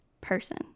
person